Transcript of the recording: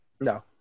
No